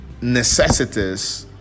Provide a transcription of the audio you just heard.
necessities